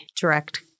direct